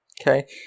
Okay